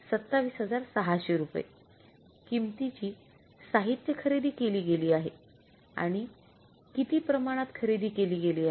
२७६०० रुपये किमतीची साहित्य खरेदी केली गेले आहे आणि किती प्रमाणात खरेदी केली गेली आहे